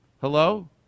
Hello